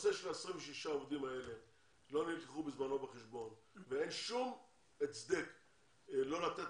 שהנושא של ה-26 עובדים האלה לא נלקח בזמנו בחשבון ואין שום הצדק לא לתת